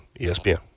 ESPN